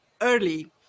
early